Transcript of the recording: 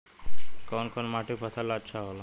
कौन कौनमाटी फसल ला अच्छा होला?